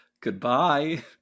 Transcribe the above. Goodbye